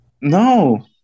No